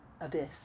abyss